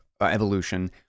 evolution